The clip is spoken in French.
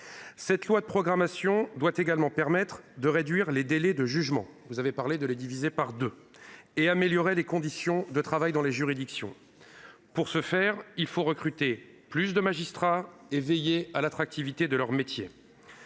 et de programmation doit également permettre de réduire les délais de jugement- vous avez parlé de les diviser par deux -et d'améliorer les conditions de travail dans les juridictions. Pour ce faire, il faut recruter plus de magistrats et veiller à l'attractivité de leur métier.